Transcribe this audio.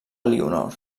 elionor